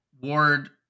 Ward